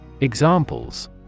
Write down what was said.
Examples